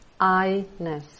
I-ness